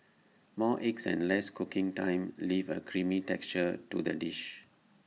more eggs and less cooking time leave A creamy texture to the dish